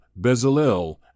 Bezalel